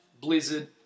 Blizzard